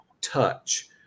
touch